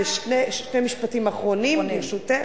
שני משפטים אחרונים, ברשותך.